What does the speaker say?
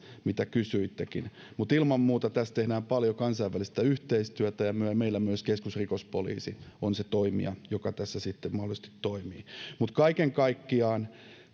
mitä kysyittekin ilman muuta tässä tehdään paljon kansainvälistä yhteistyötä ja meillä myös keskusrikospoliisi on se toimija joka tässä sitten mahdollisesti toimii kaiken kaikkiaan